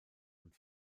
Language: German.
und